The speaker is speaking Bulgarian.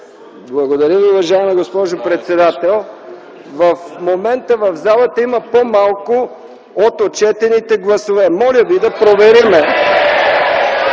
Благодаря Ви, уважаема госпожо председател. В момента в залата има по-малко от отчетените гласове. (Смях и възгласи: